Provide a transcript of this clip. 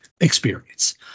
experience